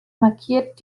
markiert